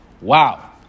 Wow